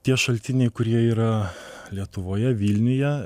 tie šaltiniai kurie yra lietuvoje vilniuje